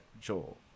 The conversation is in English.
Joel